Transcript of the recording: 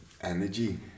energy